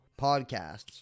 Podcasts